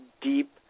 deep